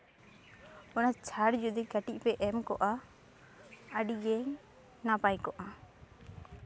ᱚᱱᱟ ᱪᱷᱟᱲ ᱡᱩᱫᱤ ᱠᱟᱹᱴᱤᱡ ᱯᱮ ᱮᱢ ᱠᱚᱜᱼᱟ ᱟᱹᱰᱤᱜᱮᱧ ᱱᱟᱯᱟᱭ ᱠᱚᱜᱼᱟ